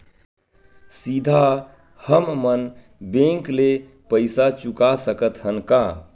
सीधा हम मन बैंक ले पईसा चुका सकत हन का?